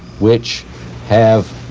which have